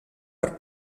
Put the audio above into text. per